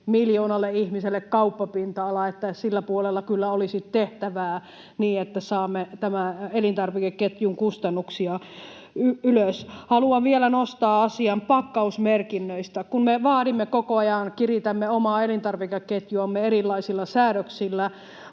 miljoonalle ihmiselle kauppapinta-alaa, eli sillä puolella kyllä olisi tehtävää niin, että saamme tämän elintarvikeketjun kustannuksia ylös. Haluan vielä nostaa asian pakkausmerkinnöistä. Kun me vaadimme koko ajan, kiritämme omaa elintarvikeketjuamme erilaisilla säädöksillä